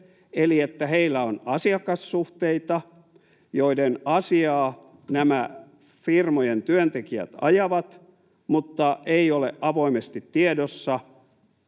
eli heillä on asiakassuhteita, joiden asiaa nämä firmojen työntekijät ajavat, mutta ei ole avoimesti tiedossa,